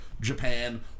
Japan